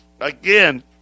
again